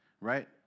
right